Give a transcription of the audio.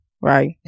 right